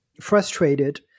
frustrated